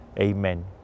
amen